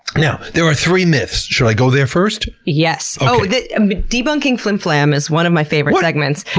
now, there are three myths. should i go there first? yes. oh, the debunking flimflam is one of my favorite segments.